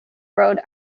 road